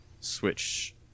switch